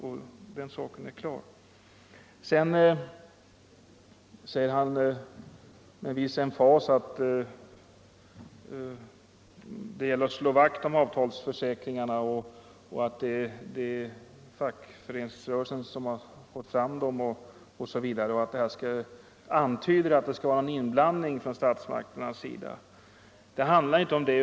Sedan säger herr Marcusson med viss emfas att det gäller att slå vakt om avtalsförsäkringarna och att det är fackföreningsrörelsen som har fått fram dem, och han antyder att vårt förslag skulle innebära en inblandning från statsmakternas sida. Det handlar inte om det.